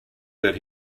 that